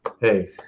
hey